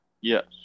Yes